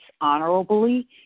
honorably